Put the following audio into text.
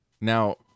now